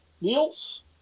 Niels